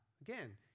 Again